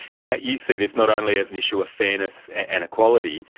yeah you see this not only as an issue of fairness and equality,